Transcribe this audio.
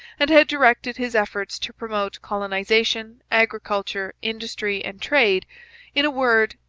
and had directed his efforts to promote colonization, agriculture, industry, and trade in a word,